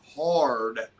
hard